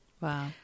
Wow